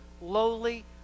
lowly